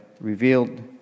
revealed